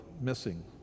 missing